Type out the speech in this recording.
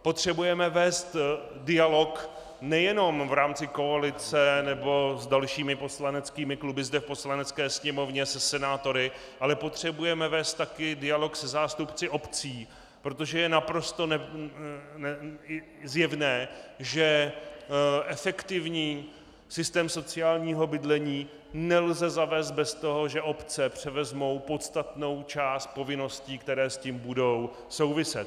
Potřebujeme vést dialog nejenom v rámci koalice nebo s dalšími poslaneckými kluby zde v Poslanecké sněmovně, se senátory, ale potřebujeme vést také dialog se zástupci obcí, protože je naprosto zjevné, že efektivní systém sociálního bydlení nelze zavést bez toho, že obce převezmou podstatnou část povinností, které s tím budou souviset.